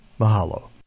Mahalo